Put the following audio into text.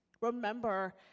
remember